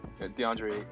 DeAndre